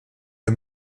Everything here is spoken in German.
der